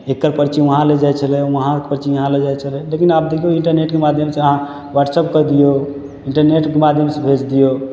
एकर पर्ची उहाँ ले जाइ छलै उहाँके पर्ची इहाँ ले जाइ छलै लेकिन आब देखियौ इन्टरनेटके माध्यमसँ अहाँ व्हाट्सअप कऽ दियौ इन्टरनेटके माध्यमसँ भेज दियौ